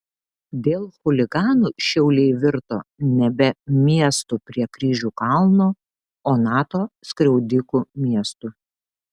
dėl chuliganų šiauliai virto nebe miestu prie kryžių kalno o nato skriaudikų miestu